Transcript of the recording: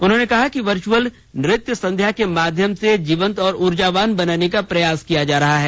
उन्होंने कहा कि वर्चअल नृत्य संध्या के माध्यम से जीवंत और ऊर्जावान बनाने का प्रयास किया जा रहा है